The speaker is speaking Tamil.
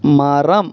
மரம்